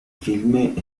filme